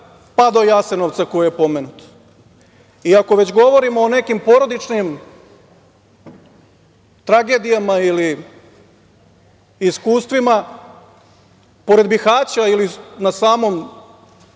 pa do Jasenovca koji je pomenut. Ako već govorimo o nekim porodičnim tragedijama ili iskustvima, pored Bihaća ili na samoj